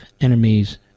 enemies